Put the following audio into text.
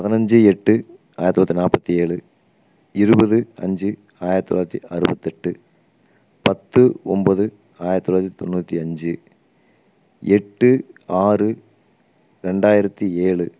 பதினஞ்சி எட்டு ஆயிரத்தி தொள்ளாயிரத்தி நாற்பத்தி ஏழு இருபது அஞ்சு ஆயிரத்தி தொள்ளாயிரத்தி அறுபத்தெட்டு பத்து ஒன்பது ஆயிரத்தி தொள்ளாயிரத்தி தொண்ணூற்றி அஞ்சு எட்டு ஆறு ரெண்டாயிரத்தி ஏழு